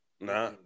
Nah